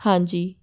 ਹਾਂਜੀ